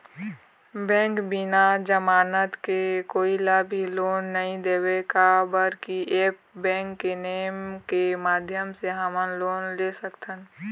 Bank बिना जमानत के कोई ला भी लोन नहीं देवे का बर की ऐप बैंक के नेम के माध्यम से हमन लोन ले सकथन?